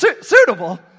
suitable